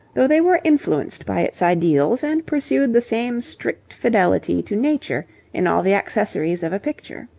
though they were influenced by its ideals and pursued the same strict fidelity to nature in all the accessories of a picture.